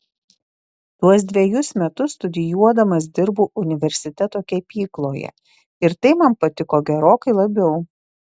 tuos dvejus metus studijuodamas dirbau universiteto kepykloje ir tai man patiko gerokai labiau